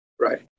Right